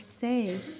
safe